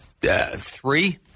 three